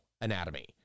anatomy